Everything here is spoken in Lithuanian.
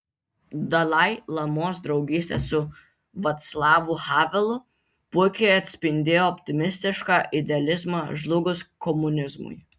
dalai lamos draugystė su vaclavu havelu puikiai atspindėjo optimistišką idealizmą žlugus komunizmui